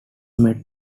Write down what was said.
met